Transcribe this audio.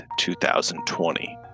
2020